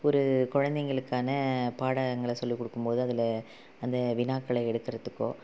ஒரு குழந்தைங்களுக்கான பாடங்களை சொல்லி கொடுக்கும் போது அதில் அந்த வினாக்களை எடுக்கிறதுக்கோ